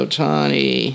Otani